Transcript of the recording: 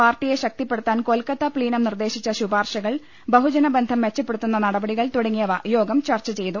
പാർട്ടിയെ ശക്തിപ്പെടുത്താൻ കൊൽക്കത്ത പ്ലീനം നിർദ്ദേശിച്ച ശുപാർശ കൾ ബഹുജനബന്ധം മെച്ചപ്പെടുത്തുന്ന നടപടികൾ തുടങ്ങിയവ യോഗം ചർച്ചചെയ്തു